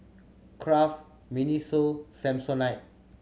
Kraft MINISO Samsonite